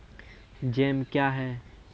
Jam क्या हैं?